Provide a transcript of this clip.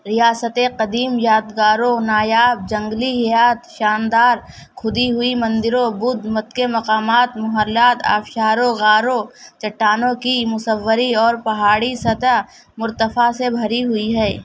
ریاست قدیم یادگاروں نایاب جنگلی حیات شاندار کھدی ہوئی مندروں بدھ مت کے مقامات محلات آبشاروں غاروں چٹانوں کی مصوری اور پہاڑی سطح مرتفع سے بھری ہوئی ہے